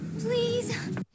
Please